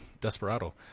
Desperado